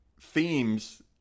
themes